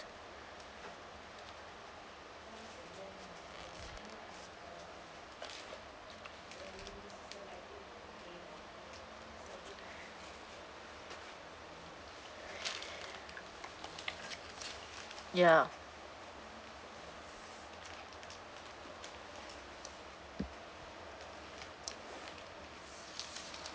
ya